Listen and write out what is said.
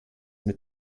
mit